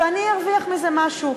ואני ארוויח מזה משהו,